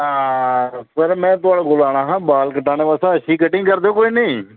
हां मड़ो में थुआढ़े कोल आना हा बाल कटाने आस्तै अच्छी कटिंग करदे ओह् कोई नीं